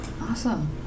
Awesome